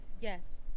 Yes